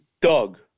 Doug